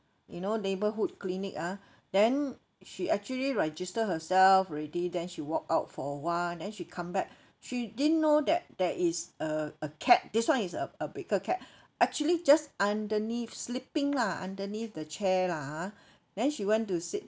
you know neighborhood clinic ah then she actually register herself already then she walked out for awhile then she come back she didn't know that there is a a cat this [one] is a bigger cat actually just underneath sleeping lah underneath the chair lah ah then she went to sit